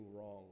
wrong